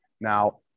Now